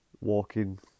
walking